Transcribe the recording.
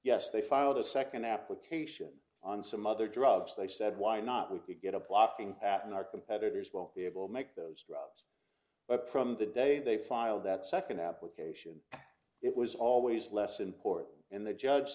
yes they filed a second application on some other drugs they said why not we could get a blocking pattern our competitors will be able to make those drugs but from the day they filed that second application it was always less important and the judge